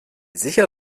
sicher